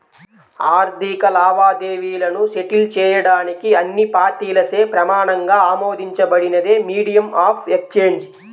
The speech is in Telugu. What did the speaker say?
ఆర్థిక లావాదేవీలను సెటిల్ చేయడానికి అన్ని పార్టీలచే ప్రమాణంగా ఆమోదించబడినదే మీడియం ఆఫ్ ఎక్సేంజ్